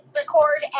record